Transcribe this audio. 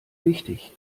wichtig